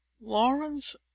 Lawrence